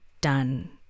done